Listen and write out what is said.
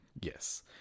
Yes